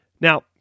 Now